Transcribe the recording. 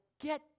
get